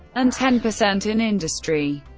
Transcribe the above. and ten percent in industry.